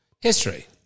History